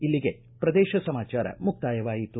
ಇಲ್ಲಿಗೆ ಪ್ರದೇಶ ಸಮಾಚಾರ ಮುಕ್ತಾಯವಾಯಿತು